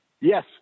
Yes